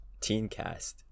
TeenCast